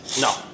No